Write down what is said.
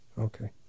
Okay